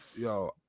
Yo